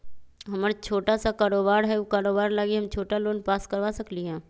हमर छोटा सा कारोबार है उ कारोबार लागी हम छोटा लोन पास करवा सकली ह?